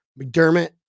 McDermott